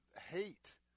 hate